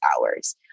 hours